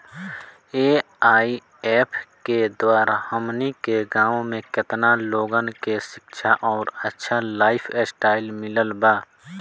AIF के द्वारा हमनी के गांव में केतना लोगन के शिक्षा और अच्छा लाइफस्टाइल मिलल बा